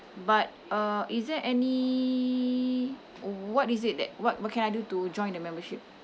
but uh is there any what is it that what what can I do to join the membership